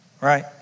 Right